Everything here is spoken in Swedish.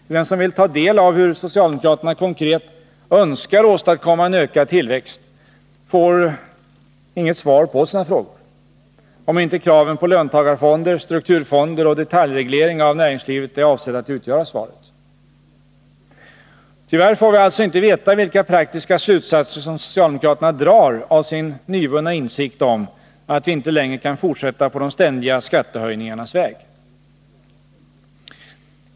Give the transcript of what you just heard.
Ty den som vill ta del av hur socialdemokraterna konkret önskar åstadkomma en ökad tillväxt får inget svar på sina frågor — om inte kraven på löntagarfonder, strukturfonder och detaljreglering av näringslivet är avsedda att utgöra svaret. Tyvärr får vi alltså inte veta vilka praktiska slutsatser socialdemokraterna drar av sin nyvunna insikt om att de inte längre kan fortsätta på de ständiga skattehöjningarnas väg.